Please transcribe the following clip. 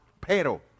pero